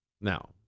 Now